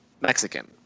Mexican